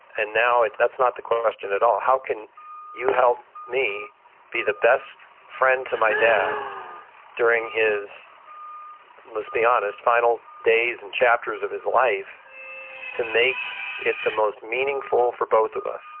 and now that's not the question at all. how can you help me be the best friend to my dad during his must be honest final days and chapters of his life to make it the most meaningful for both of us?